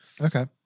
Okay